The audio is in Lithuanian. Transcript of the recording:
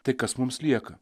tai kas mums lieka